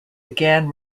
again